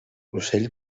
ocell